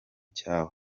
cyawe